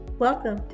Welcome